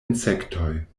insektoj